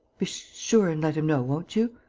be sure and let him know, won't you.